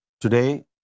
today